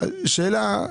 שאלה.